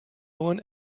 one